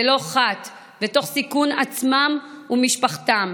ללא חת ותוך סיכון עצמם ומשפחתם,